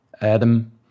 Adam